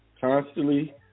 Constantly